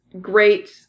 great